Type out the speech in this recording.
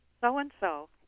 so-and-so